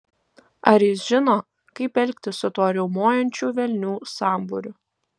ar jis žino kaip elgtis su tuo riaumojančių velnių sambūriu